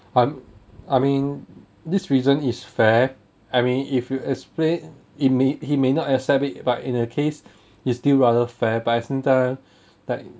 but I mean this reason is fair I mean if you explain he may he may not accept it but in a case is still rather fair but at the same time